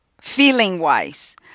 feeling-wise